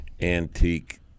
antique